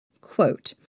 quote